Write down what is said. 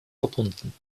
verbunden